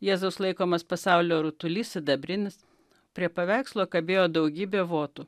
jėzus laikomas pasaulio rutulys sidabrinis prie paveikslo kabėjo daugybė votų